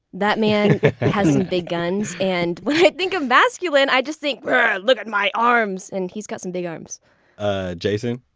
that man, he has some big guns. and when i think of masculine, i just think, look at my arms! and he's got some big arms ah jason?